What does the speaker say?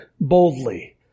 boldly